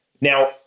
Now